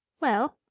well,